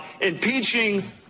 impeaching